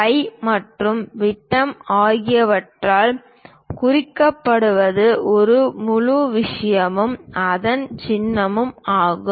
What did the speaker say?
by மற்றும் விட்டம் ஆகியவற்றால் குறிக்கப்படுவது இந்த முழு விஷயமும் அதன் சின்னமும் ஆகும்